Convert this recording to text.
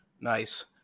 Nice